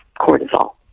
cortisol